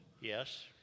Yes